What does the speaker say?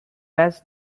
best